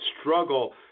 struggle